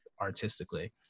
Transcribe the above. artistically